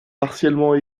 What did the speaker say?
partiellement